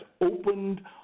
opened